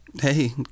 Hey